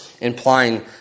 implying